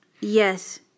Yes